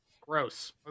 Gross